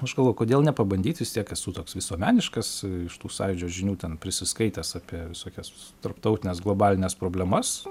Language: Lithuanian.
aš galvoju kodėl nepabandyt vis tiek esu toks visuomeniškas iš tų sąjūdžio žinių ten prisiskaitęs apie visokias tarptautines globalines problemas